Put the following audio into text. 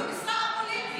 משרת הנשיא היא א-פוליטית.